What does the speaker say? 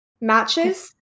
Matches